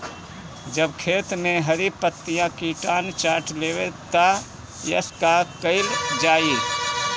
जब खेत मे हरी पतीया किटानु चाट लेवेला तऽ का कईल जाई?